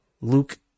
Luke